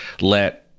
let